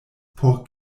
por